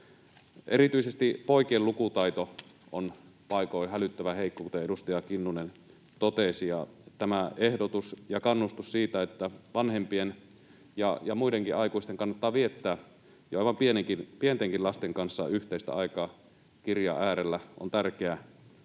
Erityisesti poikien lukutaito on paikoin hälyttävän heikko, kuten edustaja Kinnunen totesi. Tämä ehdotus ja kannustus siitä, että vanhempien ja muidenkin aikuisten kannattaa viettää aivan pientenkin lasten kanssa yhteistä aikaa kirjan äärellä, on tärkeä